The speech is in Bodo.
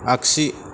आग्सि